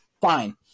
Fine